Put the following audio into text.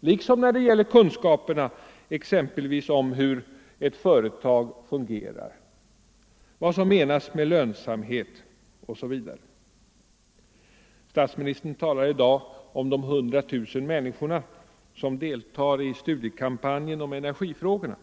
liksom när det gäller kunskaperna exempelvis om hur företag fungerar, vad som menas med lönsamhet osv. Statsministern talade i dag om de 100 000 människorna som deltar i studiekampanjen om energifrågorna.